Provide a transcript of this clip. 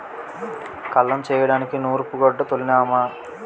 కల్లం చేయడానికి నూరూపుగొడ్డ తోలినాము